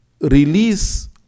release